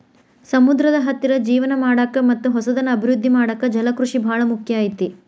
ಸಮುದ್ರದ ಹತ್ತಿರ ಜೇವನ ಮಾಡಾಕ ಮತ್ತ್ ಹೊಸದನ್ನ ಅಭಿವೃದ್ದಿ ಮಾಡಾಕ ಜಲಕೃಷಿ ಬಾಳ ಮುಖ್ಯ ಐತಿ